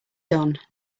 done